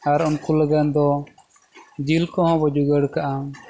ᱟᱨ ᱩᱱᱠᱩ ᱞᱟᱜᱤᱫ ᱫᱚ ᱡᱤᱞ ᱠᱚᱦᱚᱸ ᱵᱚᱱ ᱡᱚᱜᱟᱲ ᱠᱟᱜᱼᱟ